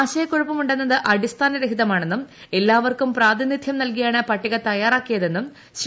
ആശയക്കുഴപ്പമുണ്ടെന്നത് അടിസ്ഥാനരഹിതമാണെന്നും എല്ലാവർക്കും പ്രാതിനിധ്യം നൽകി യാണ് പട്ടിക തയ്യാറാക്കിയതെന്നും ശ്രീ